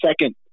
second